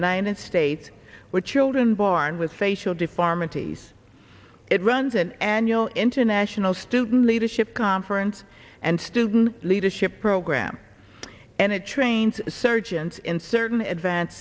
united states were children born with facial deformities it runs an annual international student leadership conference and student leadership program and it trains surgeons in certain